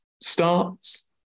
starts